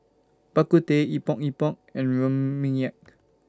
Bak Kut Teh Epok Epok and Rempeyek